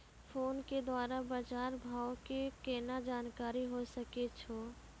Phone के द्वारा बाज़ार भाव के केना जानकारी होय सकै छौ?